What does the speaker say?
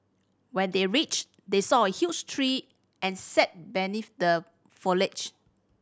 when they reached they saw a huge tree and sat beneath the foliage